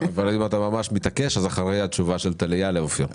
אבל אם אתה ממש מתעקש אז אחרי התשובה של טליה לאופיר.